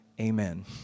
Amen